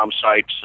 sites